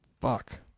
Fuck